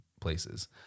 places